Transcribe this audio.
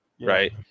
right